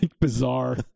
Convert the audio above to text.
bizarre